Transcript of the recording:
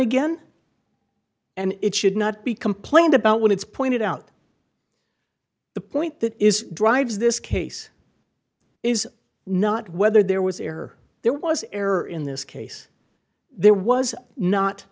again and it should not be complained about when it's pointed out the point that is drives this case is not whether there was error there was error in this case there was not